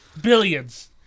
billions